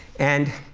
and,